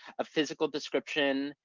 a physical description,